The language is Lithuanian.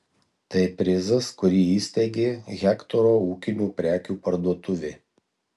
tai prizas kurį įsteigė hektoro ūkinių prekių parduotuvė